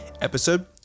episode